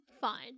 fine